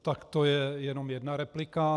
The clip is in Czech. Tak to je jenom jedna replika.